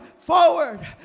Forward